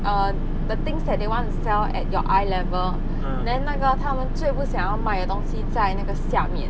err the things that they want to sell at your eye level then 那个他们最不想要卖的东西在那个下面